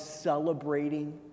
celebrating